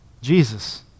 Jesus